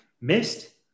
missed